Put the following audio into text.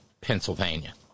Pennsylvania